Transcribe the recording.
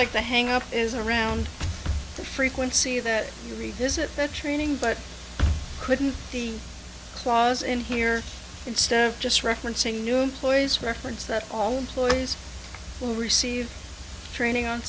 like the hang up is around the frequency that you revisit the training but couldn't the clause in here instead of just referencing new place reference that all employees will receive training on